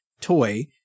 toy